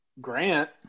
Grant